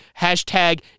Hashtag